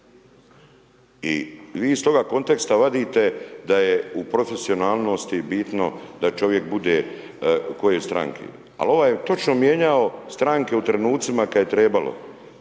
I vi iz toga konteksta vadite da je u profesionalnosti bitno da čovjek bude u kojoj stranci. Ali, ovaj je točno mijenjao stranku trenutcima kada je trebao.